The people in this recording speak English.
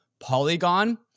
Polygon